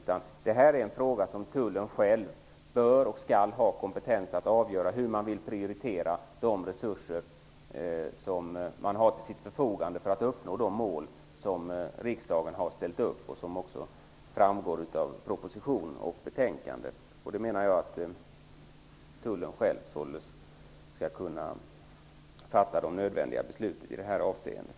Tullen bör och skall själv ha kompetens att avgöra hur man vill prioritera de resurser som man har till sitt förfogande för att uppnå de mål som riksdagen har ställt upp och som också framgår av propositionen och betänkandet. Jag menar således att Tullen själv skall kunna fatta de nödvändiga besluten i det avseendet.